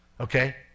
Okay